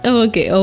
okay